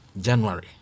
January